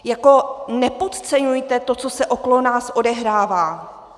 Jako nepodceňujte to, co se okolo nás odehrává!